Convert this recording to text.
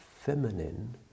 feminine